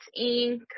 Inc